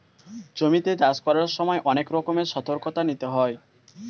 জমিতে চাষ করার সময় অনেক রকমের সতর্কতা নিতে হয়